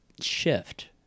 shift